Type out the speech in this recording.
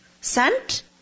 Sent